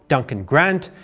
duncan grant,